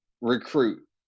recruit